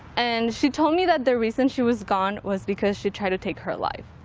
and she told me that the reason she was gone was because she tried to take her life.